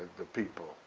the people,